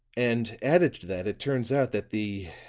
and added to that, it turns out that the